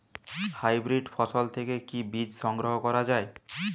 Hybrid ফসল থেকে কি বীজ সংগ্রহ করা য়ায়?